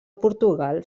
portugal